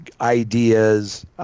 ideas